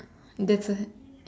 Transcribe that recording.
that's a